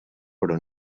però